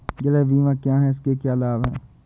गृह बीमा क्या है इसके क्या लाभ हैं?